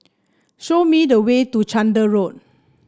show me the way to Chander Road